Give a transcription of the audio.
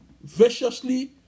viciously